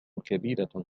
كبيرة